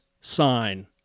sign